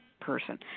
person